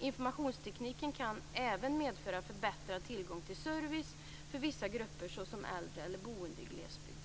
Informationstekniken kan även medföra förbättrad tillgång till service för vissa grupper såsom äldre eller boende i glesbygd.